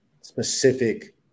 specific